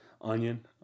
onion